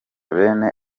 bene